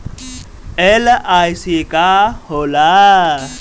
LIC का होला?